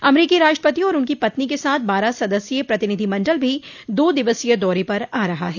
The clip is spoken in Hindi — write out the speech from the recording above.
अमरीकी राष्ट्रपति और उनकी पत्नी के साथ बारह सदस्यीय प्रतिनिधिमंडल भी दो दिवसीय दौरे पर आ रहा है